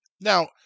Now